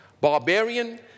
barbarian